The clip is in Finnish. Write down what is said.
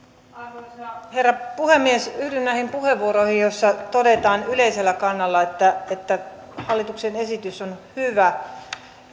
arvoisa herra puhemies yhdyn näihin puheenvuoroihin joissa todetaan yleisellä kannalla että että hallituksen esitys on hyvä